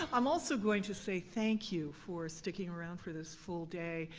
i'm also going to say thank you for sticking around for this full day.